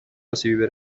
اسیبی